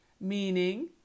Meaning